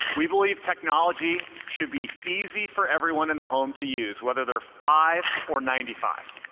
we believe technology should be easy for everyone in the home to use, whether they're five or ninety five.